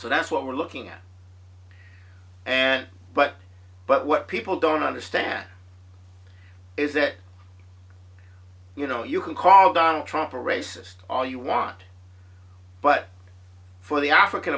so that's what we're looking at and but but what people don't understand is that you know you can call donald trump a racist all you want but for the african